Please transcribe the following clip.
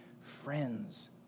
friends